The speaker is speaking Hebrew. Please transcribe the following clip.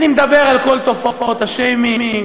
אני מדבר על כל תופעות השיימינג,